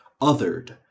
othered